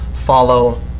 follow